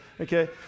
Okay